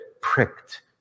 pricked